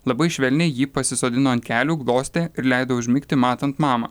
labai švelniai jį pasisodino ant kelių glostė ir leido užmigti matant mamą